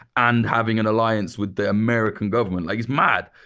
and having an alliance with the american government. like, it's mad.